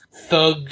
thug